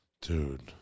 Dude